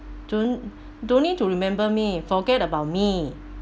don't don't need to remember me forget about me